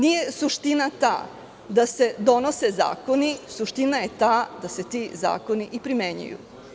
Nije suština ta da se donose zakoni, suština je ta da se ti zakoni i primenjuju.